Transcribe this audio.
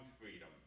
freedom